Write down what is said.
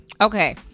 okay